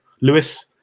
Lewis